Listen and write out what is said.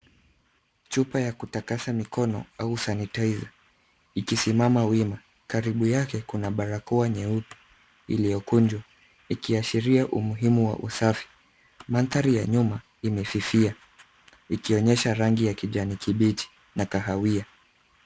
Chupa ya kutakasa mikono au sanitizer ikisimama wima. Karibu yake kuna barakoa nyeupe iliyokunjwa, ikiashiria umuhimu wa usafi. Mandhari ya nyuma imefifia ikionyesha rangi ya kijani kibichi na kahawia.